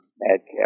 madcap